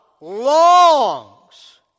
longs